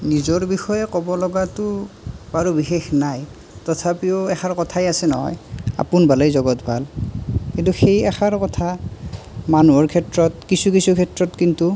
নিজৰ বিষয়ে ক'ব লগাটো বাৰু বিশেষ নাই তথাপিও এষাৰ কথাই আছে নহয় আপোন ভালেই জগত ভাল কিন্তু সেই এষাৰ কথা মানুহৰ ক্ষেত্ৰত কিছু কিছু ক্ষেত্ৰত কিন্তু